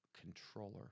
controller